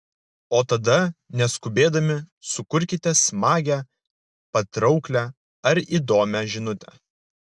o tada neskubėdami sukurkite smagią patrauklią ar įdomią žinutę